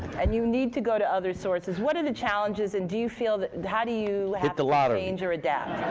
and you need to go to other sources, what are the challenges and do you feel that how do you have to lottery. cortes change or adapt?